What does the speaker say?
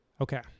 Okay